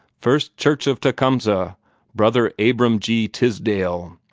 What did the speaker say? first church of tecumseh brother abram g. tisdale!